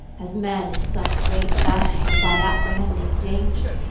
as men in some great battles, by apprehending danger,